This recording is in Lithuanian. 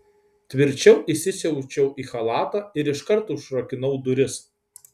tvirčiau įsisiaučiau į chalatą ir iškart užrakinau duris